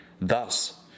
Thus